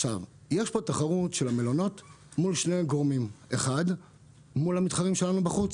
יש תחרות של המלונות מול שני גורמים: 1. מול המתחרים שלנו בחוץ